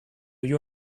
you